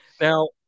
Now